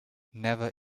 never